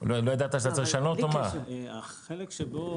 נקווה שבסוף